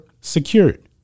secured